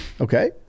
Okay